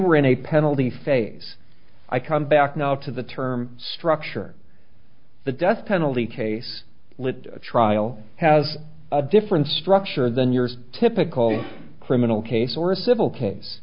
were in a penalty phase i come back now to the term structure the death penalty case lit trial has a different structure than yours typical criminal case or a civil case